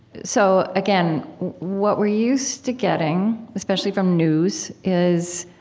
so again, what we're used to getting, especially from news, is